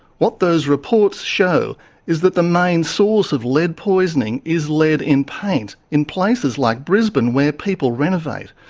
what those reports show is that the main source of lead poisoning is lead in paint, in places like brisbane where people renovate,